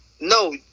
No